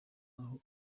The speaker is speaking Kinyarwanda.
aho